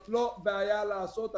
זה לא בעיה לעשות את זה.